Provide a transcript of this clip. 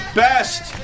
best